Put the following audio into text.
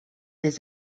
des